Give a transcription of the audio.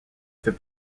fait